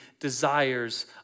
desires